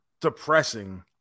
depressing